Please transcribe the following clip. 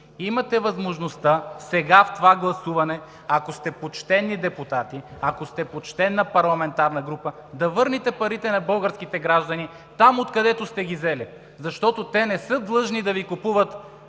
Имате възможността сега, в това гласуване, ако сте почтени депутати, ако сте почтена парламентарна група, да върнете парите на българските граждани там, откъдето сте ги взели, защото не са длъжни да Ви купуват